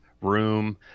room